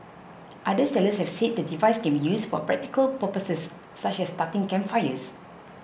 other sellers have said the device can be used for practical purposes such as starting campfires